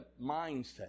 mindset